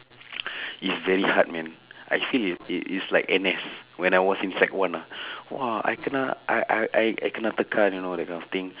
it's very hard man I feel it it it's like N_S when I was in sec one ah !whoa! I kena I I I I kena tekan you know that kind of thing